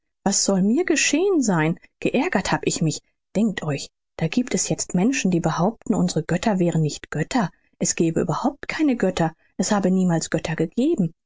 was soll mir geschehen sein geärgert habe ich mich denkt euch da giebt es jetzt menschen die behaupten unsere götter wären nicht götter es gebe überhaupt keine götter es habe niemals götter gegeben